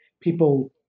people